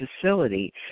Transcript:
facility